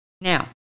Now